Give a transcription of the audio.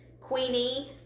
Queenie